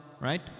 Right